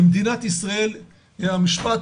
למדינת ישראל את המשפט